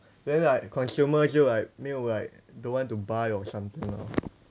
then like consumer hear like 没有 like don't want to buy or something